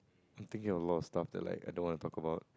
I'm thinking of a lot of stuff that like I don't want to talk about